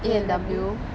A&W